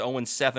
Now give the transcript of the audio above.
0-7